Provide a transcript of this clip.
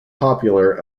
popular